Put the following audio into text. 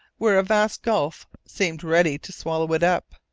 where a vast gulf seemed ready to swallow it up.